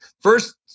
first